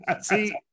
See